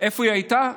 איפה היא הייתה?